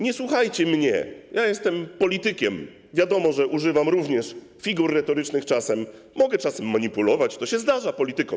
Nie słuchajcie mnie - ja jestem politykiem, wiadomo, że używam również figur retorycznych czasem, mogę czasem manipulować, to się zdarza politykom.